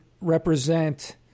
represent